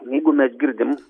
jeigu mes girdim